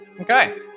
Okay